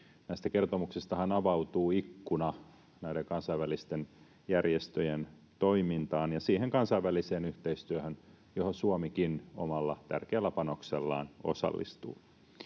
Näistä kertomuksistahan avautuu ikkuna näiden kansainvälisten järjestöjen toimintaan ja siihen kansainväliseen yhteistyöhön, johon Suomikin omalla tärkeällä panoksellaan osallistuu.